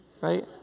right